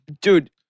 Dude